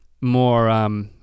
more